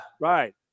right